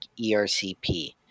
ERCP